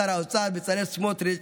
שר האוצר בצלאל סמוטריץ',